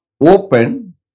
open